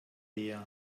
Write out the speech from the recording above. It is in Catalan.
dia